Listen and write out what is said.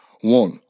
One